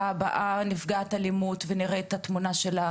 הבאה שהיא נפגעת אלימות ונראה את התמונה שלה